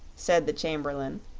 said the chamberlain,